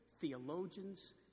theologians